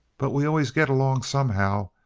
but we always git along somehow,